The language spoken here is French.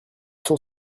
cent